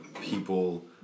people